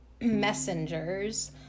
messengers